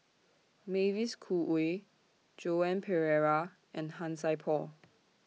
Mavis Khoo Oei Joan Pereira and Han Sai Por